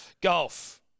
Golf